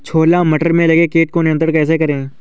छोला मटर में लगे कीट को नियंत्रण कैसे करें?